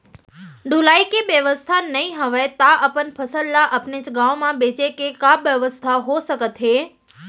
ढुलाई के बेवस्था नई हवय ता अपन फसल ला अपनेच गांव मा बेचे के का बेवस्था हो सकत हे?